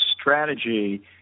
strategy